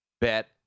bet